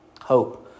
Hope